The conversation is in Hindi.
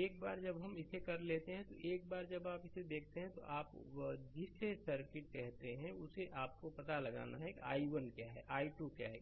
एक बार जब हम इसे कर लेते हैं तो एक बार जब आप इसे देखते हैं तो आप जिसे सर्किट कहते हैं उसे आपको पता लगाना है कि i1 क्या है I2 क्या है